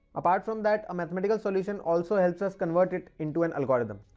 apart from that a mathematical solution also helps us convert it into an algorithm.